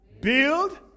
build